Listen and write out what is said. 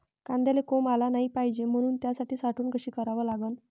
कांद्याले कोंब आलं नाई पायजे म्हनून त्याची साठवन कशी करा लागन?